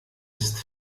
ist